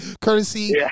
courtesy